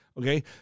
Okay